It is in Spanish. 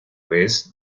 vez